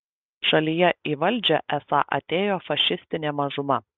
šalyje į valdžią esą atėjo fašistinė mažuma